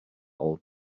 old